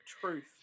Truth